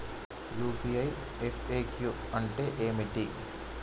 UPI FAQ అంటే ఏమిటి?